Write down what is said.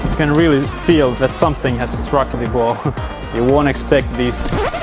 can really feel that something has struck the ball you wont expect this.